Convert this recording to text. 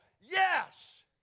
Yes